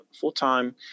full-time